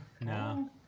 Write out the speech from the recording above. no